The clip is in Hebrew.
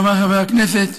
חבריי חברי הכנסת,